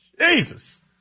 Jesus